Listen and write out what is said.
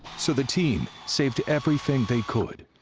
so the team saved everything they could.